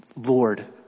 Lord